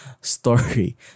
story